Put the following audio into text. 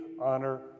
honor